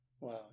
Wow